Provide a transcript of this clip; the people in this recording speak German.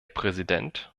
präsident